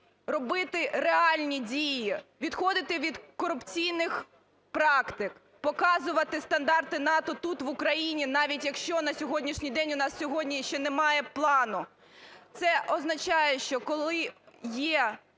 робити реальні дії, відходити від корупційних практик, показувати стандарти НАТО тут, в Україні, навіть якщо на сьогоднішній день у нас сьогодні ще немає плану. Це означає, що коли є